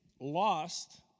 lost